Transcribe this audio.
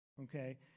okay